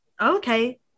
Okay